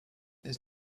there